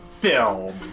film